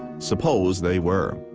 suppose they were.